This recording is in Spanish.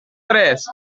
tres